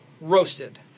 Roasted